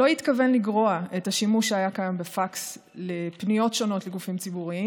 לא התכוון לגרוע את השימוש שהיה קיים בפקס לפניות שונות לגופים ציבוריים